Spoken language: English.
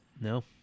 No